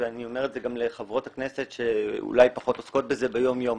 ואני אומר את זה גם לחברות הכנסת שאולי פחות עוסקות בזה ביום-יום.